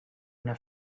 una